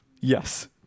Yes